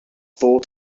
full